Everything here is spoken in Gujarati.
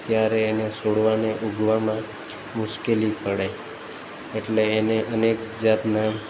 ત્યારે એને છોડવાને ઊગવામાં મુશ્કેલી પડે એટલે એને અનેક જાતના